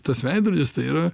tas veidrodis tai yra